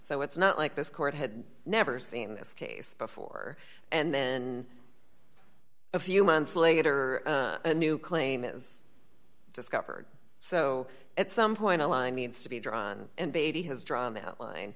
so it's not like this court had never seen this case before and then a few months later a new claim is discovered so at some point a line needs to be drawn and beatty has drawn the line